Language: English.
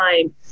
time